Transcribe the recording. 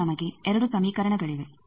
ಈಗ ನಮಗೆ 2 ಸಮೀಕರಣಗಳಿವೆ